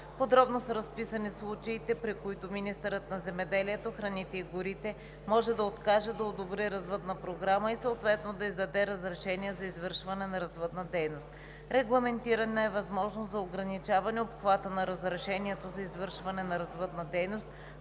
Подробно са разписани случаите, при които министърът на земеделието, храните и горите може да откаже да одобри развъдната програма и съответно да издаде разрешение за извършване на развъдна дейност. Регламентирана е възможност за ограничаване обхвата на разрешението за извършване на развъдна дейност,